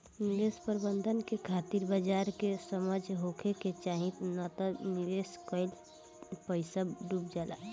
निवेश प्रबंधन के खातिर बाजार के समझ होखे के चाही नात निवेश कईल पईसा डुब जाला